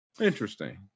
Interesting